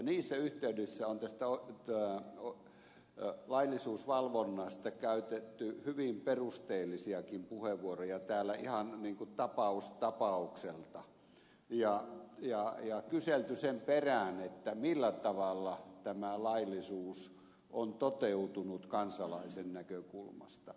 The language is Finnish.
niissä yhteyksissä on laillisuusvalvonnasta käytetty hyvin perusteellisiakin puheenvuoroja täällä ihan tapaus tapaukselta ja kyselty sen perään millä tavalla laillisuus on toteutunut kansalaisen näkökulmasta